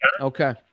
Okay